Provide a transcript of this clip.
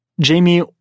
Jamie